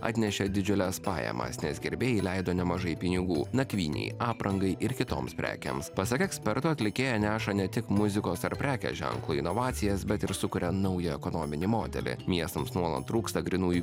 atnešė didžiules pajamas nes gerbėjai leido nemažai pinigų nakvynei aprangai ir kitoms prekėms pasak ekspertų atlikėja neša ne tik muzikos ir prekės ženklo inovacijas bet ir sukuria naują ekonominį modelį miestams nuolat trūksta grynųjų